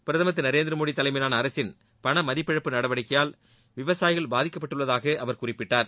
பிரதமர் திரு நரேந்திரமோடி தலைமையிலான அரசின் பணமதிப்பிழப்பு நடவடிக்கையால் விவசாயிகள் பாதிக்கப்பட்டுள்ளதாக அவர் குறிப்பிட்டார்